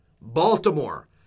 Baltimore